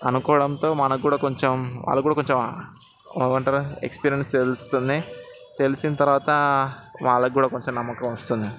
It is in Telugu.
అనుకోడంతో మనకు కూడా కొంచెం వాళ్ళకు కూడా కొంచెం ఏమంటారు ఎక్స్పీరియన్స్ తెలిసిస్తుంది తెలిసిన తర్వాత వాళ్ళకు కూడా కొంచెం నమ్మకం వస్తుంది